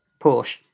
Porsche